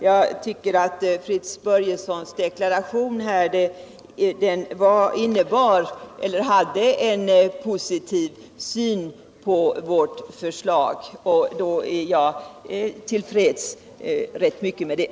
Jag tycker att Fritz Börjessons deklaration visade att han har en positiv syn på vårt yrkande, och jag är rätt till freds med det.